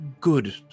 good